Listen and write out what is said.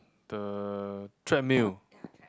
the treadmill